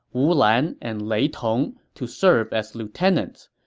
wu lan and lei tong, to serve as lieutenants.